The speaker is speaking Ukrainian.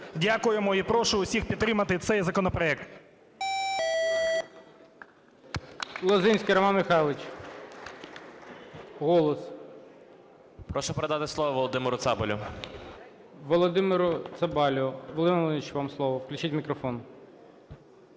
Дякуємо. І прошу всіх підтримати цей законопроект.